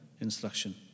instruction